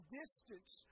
distance